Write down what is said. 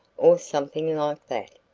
or something like that.